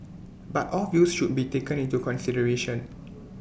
but all views should be taken into consideration